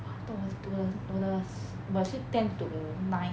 !wah! 我的我的我的 was it ten to nine